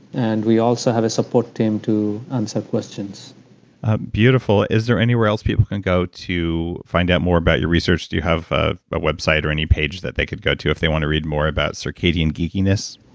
and we also have a support team to answer questions ah beautiful. is there anywhere else people can go to find out more about your research? do you have ah a website or any page nthat they could go to if they wanna read more about circadian geekiness?